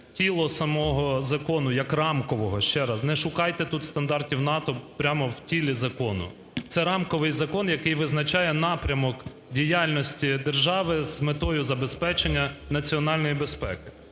тіло самого закону як рамкового, ще раз, не шукайте тут стандартів НАТО прямо в тілі закону. Це рамковий закон, який визначає напрямок діяльності держави з метою забезпечення національної безпеки.